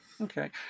Okay